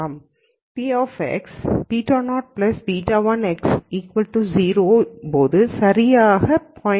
p β0 β1 X 0 போது சரியாக 0